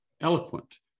eloquent